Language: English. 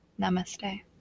Namaste